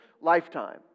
lifetime